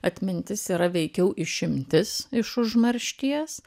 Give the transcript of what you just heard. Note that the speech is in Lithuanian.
atmintis yra veikiau išimtis iš užmaršties